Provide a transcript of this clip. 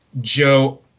Joe